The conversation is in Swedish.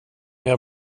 jag